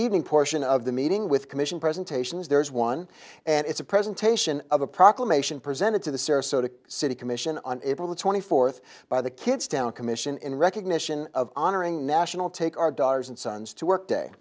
evening portion of the meeting with commission presentations there is one and it's a presentation of a proclamation presented to the sarasota city commission on april twenty fourth by the kids down commission in recognition of honoring national take our daughters and sons to work